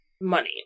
money